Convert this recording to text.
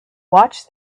watched